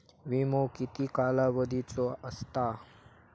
विमो किती कालावधीचो असता?